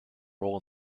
role